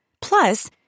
Plus